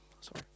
Sorry